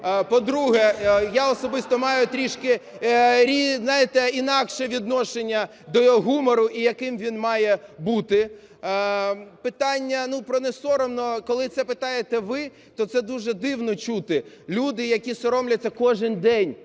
По-друге, я особисто маю трішки, знаєте, інакше відношення до гумору, і який він має бути. Питання про несоромно. Коли це питаєте ви, то це дуже дивно чути. Люди, які соромляться кожен день